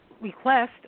request